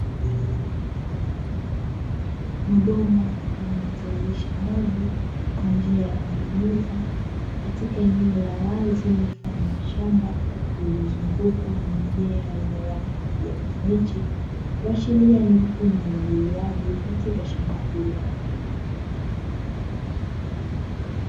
Mabomba yanayotiririsha maji kwa njia ya kunyunyiza katika eneo la wazi mfano wa shamba lililozungukwa na mimea yenye rangi ya kijani kibichi kuashiria ni mfumo wa umwagiliaji katika shamba hilo.